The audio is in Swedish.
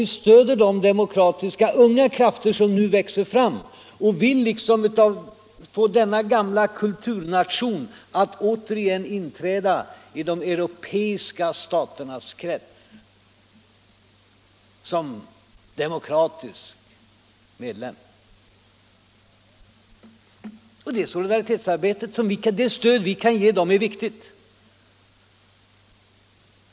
Vi stöder de demokratiska unga krafter som nu växer fram och som vill få denna gamla kulturnation att återigen inträda som demokratisk medlem i de europeiska staternas krets. Det stöd vi kan ge dessa krafter är viktigt.